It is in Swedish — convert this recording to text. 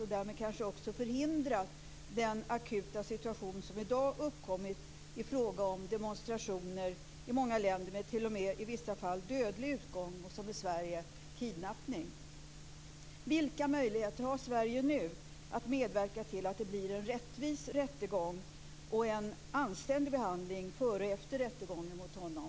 Det hade kanske också kunnat förhindra den akuta situation som i dag har uppkommit med demonstrationer i många länder, i vissa fall t.o.m. med dödlig utgång, och som i Sverige kidnappning. Vilka möjligheter har Sverige nu att medverka till att det blir en rättvis rättegång och en anständig behandling före och efter rättegången mot honom?